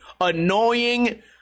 annoying